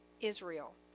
Israel